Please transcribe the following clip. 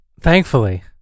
thankfully